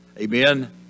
Amen